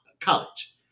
college